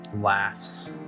laughs